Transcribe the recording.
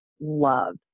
love